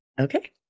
Okay